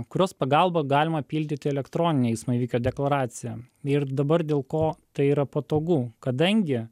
kurios pagalba galima pildyti elektroninę eismo įvykio deklaraciją ir dabar dėl ko tai yra patogu kadangi